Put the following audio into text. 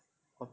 oh